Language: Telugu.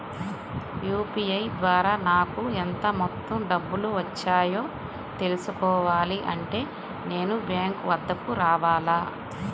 యూ.పీ.ఐ ద్వారా నాకు ఎంత మొత్తం డబ్బులు వచ్చాయో తెలుసుకోవాలి అంటే నేను బ్యాంక్ వద్దకు రావాలా?